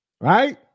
right